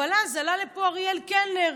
אבל אז עלה לפה אריאל קלנר